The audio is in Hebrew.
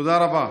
תודה רבה.